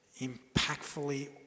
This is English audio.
impactfully